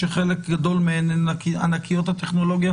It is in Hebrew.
שחלק גדול מהן הן ענקיות הטכנולוגיה